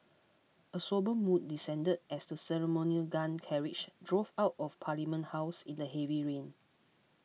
a sombre mood descended as the ceremonial gun carriage drove out of Parliament House in the heavy rain